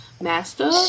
Master